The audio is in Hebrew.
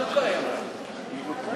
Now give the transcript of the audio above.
חוק הדיינים (תיקון,